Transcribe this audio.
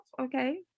okay